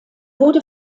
wurde